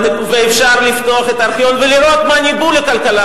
ואפשר לפתוח את הארכיון ולראות מה ניבאו לכלכלה